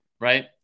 Right